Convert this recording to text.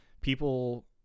people